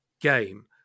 game